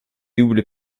double